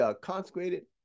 consecrated